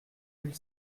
mille